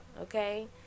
okay